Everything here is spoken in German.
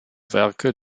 werke